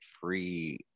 free